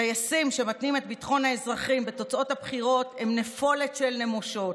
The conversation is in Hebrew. טייסים שמתנים את ביטחון האזרחים בתוצאות הבחירות הם נפולת של נמושות.